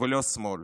ולא שמאל,